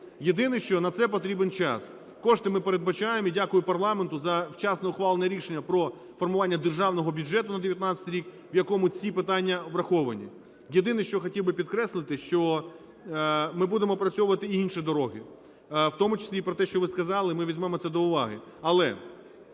Єдине, що на це потрібен час, кошти ми передбачаємо, і дякую парламенту за вчасно ухвалене рішення про формування Державного бюджету на 19-й рік, в якому ці питання враховані. Єдине, що хотів би підкреслити, що ми будемо опрацьовувати і інші дороги, в тому числі і про те, що ви сказали, ми візьмемо це до уваги.